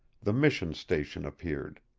the mission station appeared.